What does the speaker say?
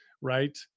right